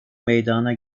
meydana